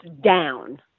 down